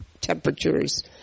temperatures